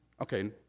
Okay